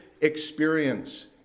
experience